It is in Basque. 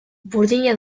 burdina